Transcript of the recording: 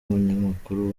umunyamakuru